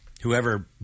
whoever